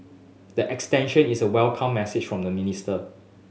the extension is a welcome message from the minister